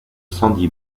sandy